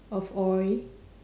of oil